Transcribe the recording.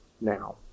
now